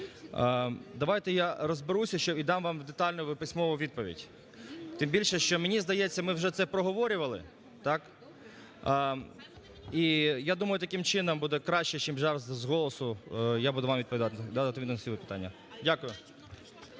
Давайте я розберуся ще і дам вам детальну письмову відповідь. Тим більше, що мені здається, ми вже це проговорювали, так. І я думаю, таким чином буде краще, чим зараз з голосу я буду вам відповідати, так,